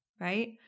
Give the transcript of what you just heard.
right